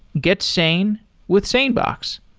get sane with sanebox.